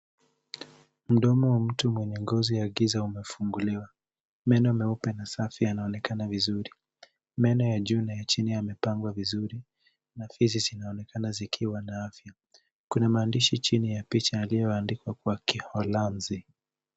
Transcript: Mdomo wa mtu mwenye ngozi ya giza umefunguliwa. Meno meupe na safi yanaonekana vizuri. Meno ya juu na ya chini yamepangwa vizuri na fizi zinaonekana zikiwa na afya. Kuna maandishi chini ya picha yaliyaoandikwa kwa kiholanzi.